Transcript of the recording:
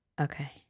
Okay